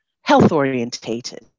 health-orientated